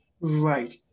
right